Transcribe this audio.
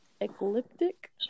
ecliptic